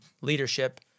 leadership